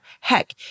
Heck